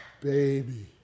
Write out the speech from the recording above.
baby